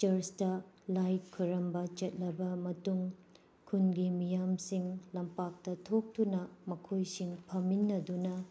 ꯆꯔꯁꯇꯥ ꯂꯥꯏ ꯈꯣꯏꯔꯝꯕ ꯆꯠꯂꯕ ꯃꯇꯨꯡ ꯈꯨꯟꯒꯤ ꯃꯤꯌꯥꯝꯁꯤꯡ ꯂꯝꯄꯥꯛꯇꯥ ꯊꯣꯛꯇꯨꯅ ꯃꯈꯣꯏꯁꯤꯡ ꯐꯝꯃꯤꯟꯅꯗꯨꯅ